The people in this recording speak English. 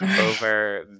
over